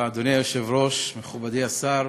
אדוני היושב-ראש, מכובדי השר,